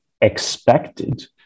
expected